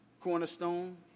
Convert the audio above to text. Cornerstone